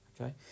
Okay